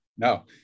No